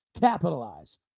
capitalize